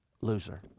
loser